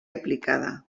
aplicada